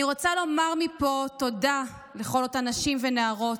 אני רוצה לומר מפה תודה לכל אותן נשים ונערות,